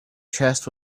chest